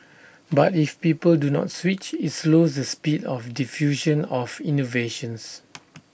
but if people do not switch IT slows the speed of diffusion of innovations